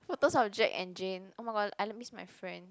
photos of Jack and Jane oh-my-god I like miss my friend